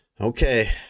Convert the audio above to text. okay